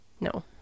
No